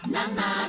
Nana